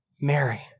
Mary